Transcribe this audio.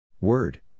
Word